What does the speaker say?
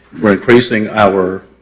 we are increasing our